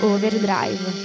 Overdrive